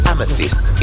Amethyst